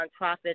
nonprofits